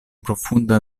profunda